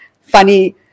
funny